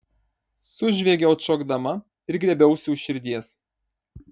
sužviegiau atšokdama ir griebiausi už širdies